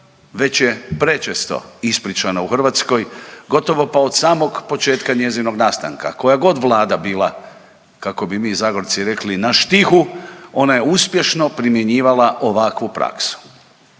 već je prečesto ispričana u Hrvatskoj. Gotovo pa od samog početka njezinog nastanka. Koja god Vlada bila, kako bi mi Zagorci rekli na štihu, ona je uspješno primjenjivala ovakvu praksu.